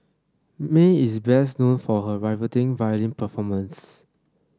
Mae is best known for her riveting violin performance